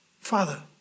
Father